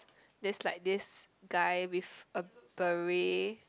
just like this guy with a beret